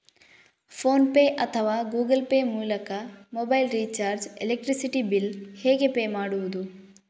Phone pay ಅಥವಾ Google pay ಮೂಲಕ mobile recharge, electricity bill ಹೇಗೆ ಪೇ ಮಾಡುವುದು?